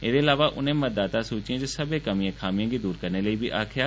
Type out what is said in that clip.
एह्दे अलावा उनें मतदाता सूचियें च सब्बै कमियें खामियें गी दूर करने लेई आक्खेआ